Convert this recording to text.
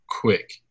quick